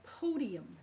podium